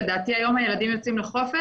לדעתי היום הילדים יוצאים לחופש,